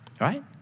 right